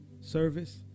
service